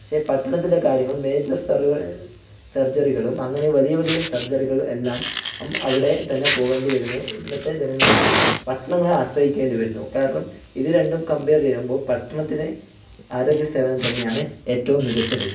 പക്ഷേ പട്ടണത്തിന്റെ കാര്യങ്ങൾ മേജർ സർജറികളും അങ്ങനെ വലിയ വലിയ സർജറികൾ എല്ലാം അവിടെ തന്നെ പോകേണ്ടി വരുന്നു ഇന്നത്തെ ജനങ്ങൾക്ക് പട്ടണങ്ങളെ ആശ്രയിക്കേണ്ടി വരുന്നു കാരണം ഇത് രണ്ടും കംപയർ ചെയ്യുമ്പോൾ പട്ടണത്തിന് ആരോഗ്യ സേവനം തന്നെയാണ് ഏറ്റവും മികച്ചത്